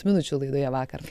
minučių laidoje vakar